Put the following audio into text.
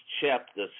chapter